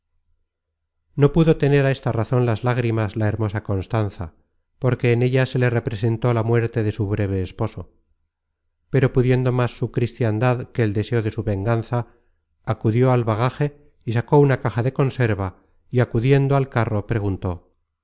no pudo tener á esta razon las lágrimas la hermosa constanza porque en ella se le representó la muerte de su breve esposo pero pudiendo más su cristiandad que el deseo de su venganza acudió al bagaje y sacó una caja de conserva y acudiendo al carro preguntó